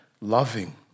loving